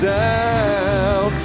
down